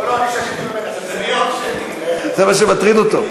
לא לא, אני שתיתי ממנה, זה מה שמטריד אותו.